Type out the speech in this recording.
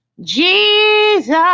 Jesus